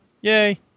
Yay